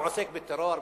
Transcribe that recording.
הוא עוסק בטרור?